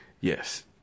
Yes